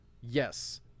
yes